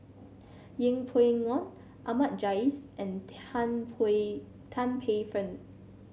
Yeng Pway Ngon Ahmad Jais and Tan Paey Tan Paey Fern